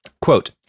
Quote